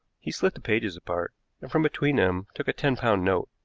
he slit the pages apart, and from between them took a ten-pound note.